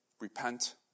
repent